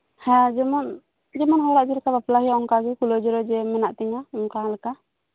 ᱦᱮᱸ ᱡᱮᱢᱚᱱ ᱡᱮᱢᱚᱱ ᱦᱚᱲᱟᱜ ᱪᱮᱫ ᱞᱮᱠᱟ ᱵᱟᱯᱞᱟ ᱦᱳᱭᱳᱜᱼᱟ ᱚᱱᱠᱟᱜᱮ ᱠᱩᱞᱟᱹᱣ ᱡᱩᱞᱟᱹᱣ ᱢᱮᱱᱟᱜ ᱛᱤᱧᱟ ᱚᱱᱠᱟ ᱞᱮᱠᱟ